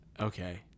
Okay